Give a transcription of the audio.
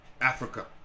Africa